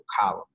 column